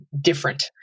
different